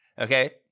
Okay